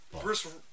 Bruce